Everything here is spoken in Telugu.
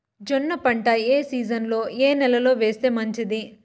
జొన్న పంట ఏ సీజన్లో, ఏ నెల లో వేస్తే మంచిది?